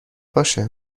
باشه